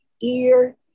ear